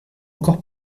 encore